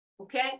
Okay